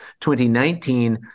2019